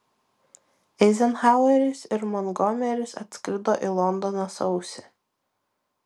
eizenhaueris ir montgomeris atskrido į londoną sausį